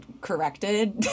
Corrected